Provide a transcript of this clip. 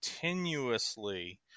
continuously